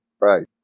Right